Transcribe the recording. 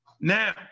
Now